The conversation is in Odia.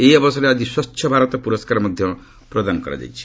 ଏହି ଅବସରରେ ଆଜି ସ୍ୱଚ୍ଛ ଭାରତ ପୁରସ୍କାର ମଧ୍ୟ ପ୍ରଦାନ କରାଯାଇଛି